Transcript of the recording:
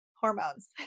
Hormones